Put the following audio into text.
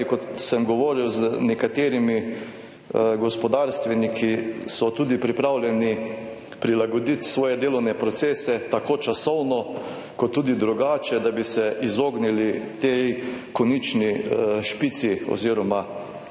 kot sem govoril z nekaterimi gospodarstveniki, so tudi pripravljeni prilagoditi svoje delovne procese, tako časovno kot tudi drugače, da bi se izognili tej konični špici oziroma